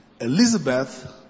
Elizabeth